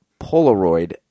Polaroid